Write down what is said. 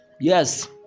yes